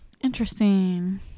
Interesting